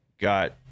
got